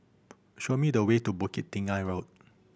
show me the way to Bukit Tinggi Road